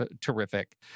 terrific